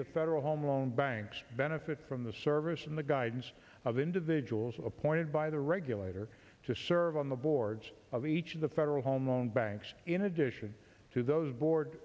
the federal home loan banks benefit from the service and the guidance of individuals appointed by the regulator to serve on the boards of each of the federal home loan banks in addition to those board